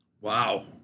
Wow